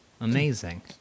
Amazing